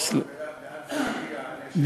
לא רק לדעת מאין זה מגיע הנשק, מאיפה זה יוצא.